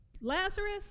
Lazarus